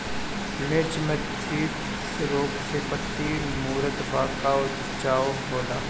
मिर्च मे थ्रिप्स रोग से पत्ती मूरत बा का उपचार होला?